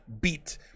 beat